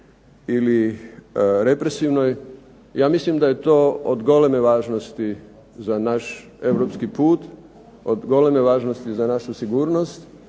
ili represivnoj ja mislim da je to od goleme važnosti za naš Europski put, od goleme važnosti za našu sigurnost,